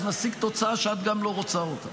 אנחנו נשיג תוצאה שאת גם לא רוצה אותה,